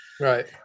Right